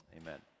Amen